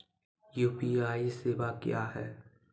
UPI सेवा क्या हैं?